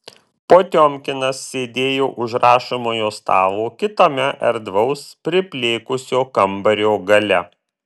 potiomkinas sėdėjo už rašomojo stalo kitame erdvaus priplėkusio kambario gale